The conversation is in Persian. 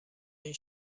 این